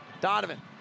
Donovan